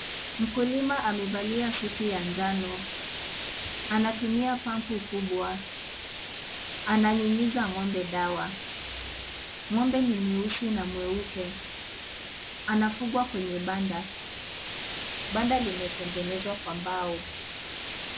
Mkulima amevalia suti ya njano anatumia pampu kubwa ananyunyiza ng'ombe dawa ng'ombe ni mweusi na mweupe, anafugwa kwenye banda, banda limetengenezwa kwa mbao.